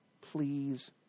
please